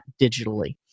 digitally